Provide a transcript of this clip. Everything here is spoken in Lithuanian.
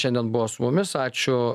šiandien buvo su mumis ačiū